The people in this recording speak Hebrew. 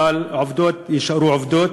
אבל העובדות נשארו עובדות.